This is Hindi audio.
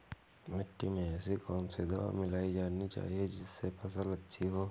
मिट्टी में ऐसी कौन सी दवा मिलाई जानी चाहिए जिससे फसल अच्छी हो?